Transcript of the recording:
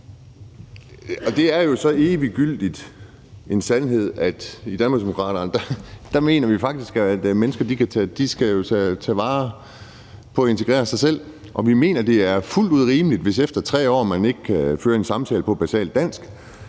Det er jo en så eviggyldig sandhed, at i Danmarksdemokraterne mener vi faktisk, at mennesker skal tage vare på at integrere sig selv, og vi mener, det er fuldt ud rimeligt, at man, hvis man efter 3 år ikke kan føre en samtale på basalt dansk,